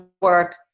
work